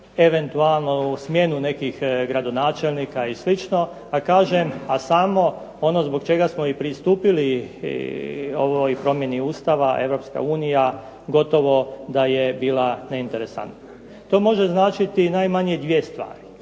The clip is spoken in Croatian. eventualno smjenu nekih gradonačelnika i slično, a kažem a samo ono zbog čega smo i pristupili ovoj promjeni Ustava, Europska unija gotovo da je bila neinteresantna. To može značiti najmanje dvije stvari.